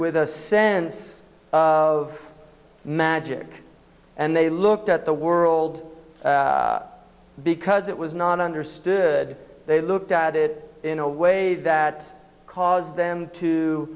with a sense of magic and they looked at the world because it was not understood they looked at it in a way that caused them to